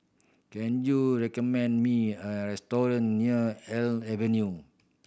can you recommend me a restaurant near Elm Avenue